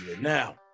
Now